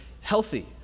healthy